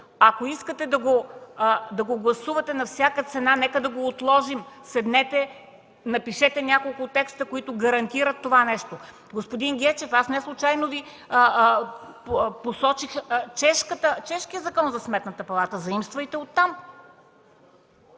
Ако искате да го гласувате на всяка цена, нека да го отложим. Седнете, напишете няколко текста, които гарантират това нещо. Господин Гечев, неслучайно Ви посочих чешкия Закон за Сметната палата – заимствайте оттам!